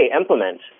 implement